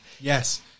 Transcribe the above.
Yes